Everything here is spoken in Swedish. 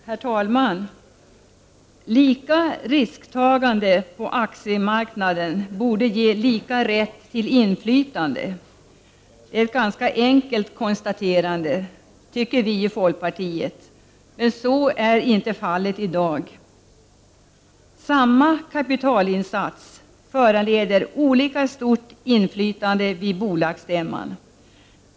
Herr talman! Lika risktagande på aktiemarknaden borde ge lika rätt till inflytande. Det är ett ganska enkelt konstaterande, tycker vi i folkpartiet. Men så är inte fallet i dag. Samma kapitalinsats föranleder olika stort inflytande vid bolagsstämman.